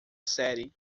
série